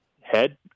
head